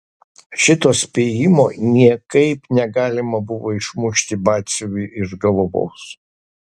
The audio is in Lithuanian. šito spėjimo niekaip negalima buvo išmušti batsiuviui iš galvos